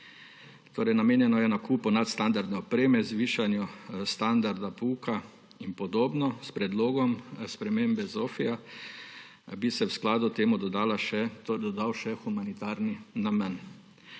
Namenjeno je torej nakupu nadstandardne opreme, zvišanju standarda pouka in podobno. S predlogom spremembe ZOFVI bi se v skladu s tem dodal še humanitarni namen.